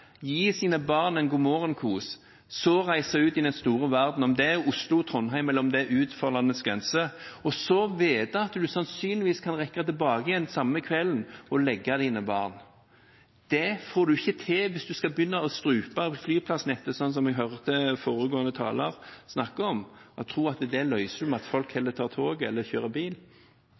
gi sine barn en god-morgen-kos og reise ut i den store verden, om det er Oslo, Trondheim eller utenfor landets grense, og vite at man sannsynligvis kan rekke tilbake samme kveld og legge barna. Det får en ikke til hvis en skal begynne å strupe flyplassnettet, som vi hørte foregående taler snakke om – og tro at det løses ved at folk heller tar toget eller kjører bil.